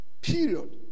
period